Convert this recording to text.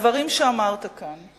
הדברים שאמרת כאן,